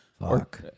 Fuck